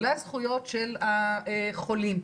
לזכויות של החולים,